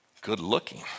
good-looking